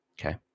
Okay